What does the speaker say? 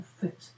fit